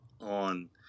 on